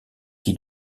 qui